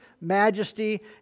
majesty